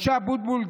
משה אבוטבול,